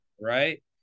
right